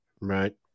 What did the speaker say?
Right